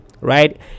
right